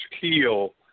Keel